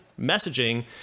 messaging